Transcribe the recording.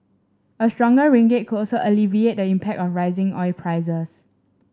a stronger ringgit could also alleviate the impact of rising oil prices